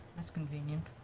that's convenient.